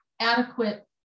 adequate